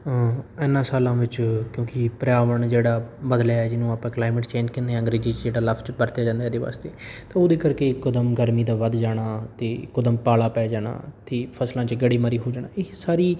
ਐਨਾਂ ਸਾਲਾਂ ਵਿੱਚ ਕਿਉਂਕਿ ਪਰਿਆਵਣ ਜਿਹੜਾ ਬਦਲਿਆ ਹੈ ਜਿਹਨੂੰ ਆਪਾਂ ਕਲਾਈਮੇਟ ਚੇਂਜ ਕਹਿੰਦੇ ਹਾਂ ਅੰਗਰੇਜ਼ੀ 'ਚ ਜਿਹੜਾ ਲਫਜ ਵਰਤਿਆ ਜਾਂਦਾ ਇਹਦੇ ਵਾਸਤੇ ਤਾਂ ਉਹਦੇ ਕਰਕੇ ਇੱਕੋ ਦਮ ਗਰਮੀ ਦਾ ਵੱਧ ਜਾਣਾ ਤੇ ਇੱਕੋ ਦਮ ਪਾਲਾ ਪੈ ਜਾਣਾ ਅਤੇ ਫਸਲਾਂ 'ਚ ਗੜੇ ਮਾਰੀ ਹੋ ਜਾਣਾ ਇਹ ਸਾਰੀ